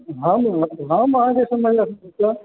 हाँ यौ हम अहाँकेँ सुनबै समस्या